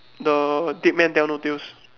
the dead men tell no tales